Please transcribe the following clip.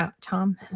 Tom